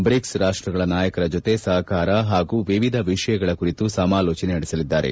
BRIC ರಾಷ್ಷಗಳ ನಾಯಕರ ಜೊತೆ ಸಹಕಾರ ಹಾಗೂ ವಿವಿಧ ವಿಷಯಗಳ ಕುರಿತು ಸಮಾಲೋಚನೆ ನಡೆಸಲಿದ್ದಾರೆ